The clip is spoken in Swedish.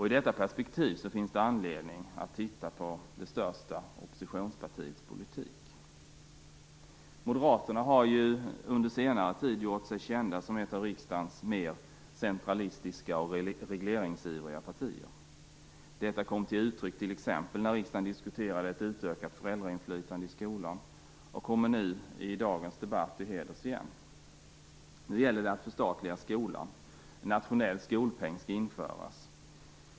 I detta perspektiv finns det anledning att titta på det största oppositionspartiets politik. Moderaterna har under senare tid gjort sig känt som ett av riksdagens mer centralistiska och regleringsivriga partier. Detta kom till uttryck t.ex. när riksdagen diskuterade ett utökat föräldrainflytande i skolan, och kommer i dagens debatt till heders igen. Nu gäller det att förstatliga skolan. En nationell skolpeng skall införas.